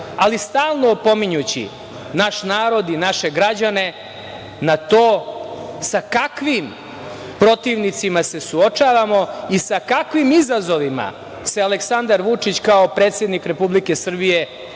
ali stalno opominjući naš narod i naše građane na to sa kakvim protivnicima se suočavamo i sa kakvim izazovima se Aleksandar Vučić, kao predsednik Republike Srbije,